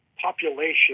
population